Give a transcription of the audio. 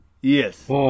Yes